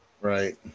Right